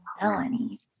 Melanie